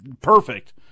perfect